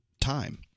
time